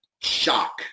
shock